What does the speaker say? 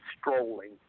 strolling